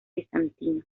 bizantino